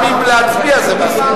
גם אם להצביע, זה בהסכמות.